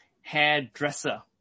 hairdresser